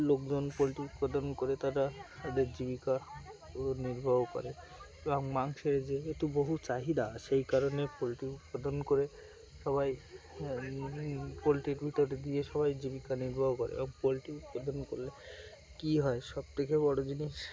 লোকজন পোলট্রি উৎপাদন করে তারা তাদের জীবিকা নির্বাহ করে এবং মাংসের যেহেতু বহু চাহিদা সেই কারণে পোলট্রি উৎপাদন করে সবাই পোলট্রির ভিতরে দিয়ে সবাই জীবিকা নির্বাহ করে এবং পোলট্রি উৎপাদন করলে কী হয় সবথেকে বড়ো জিনিস